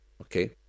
Okay